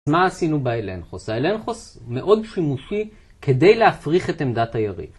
מה עשינו באלנחוס? האלנחוס מאוד שימושי כדי להפריך את עמדת היריב